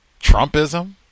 trumpism